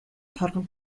торгон